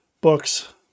books